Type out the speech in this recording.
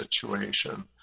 situation